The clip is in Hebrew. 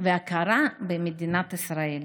והכרה במדינת ישראל.